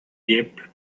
dip